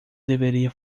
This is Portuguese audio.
deveria